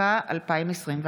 התשפ"א 2021,